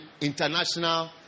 international